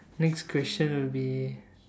next question will be